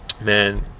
man